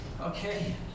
Okay